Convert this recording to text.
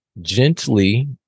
Gently